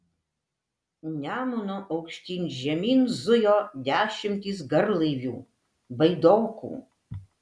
nemunu aukštyn žemyn zujo dešimtys garlaivių baidokų